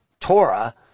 Torah